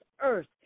earth